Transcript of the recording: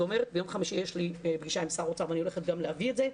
ביום חמישי יש לי פגישה עם שר האוצר ואני הולכת גם להביא את זה,